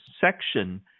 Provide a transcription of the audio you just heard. section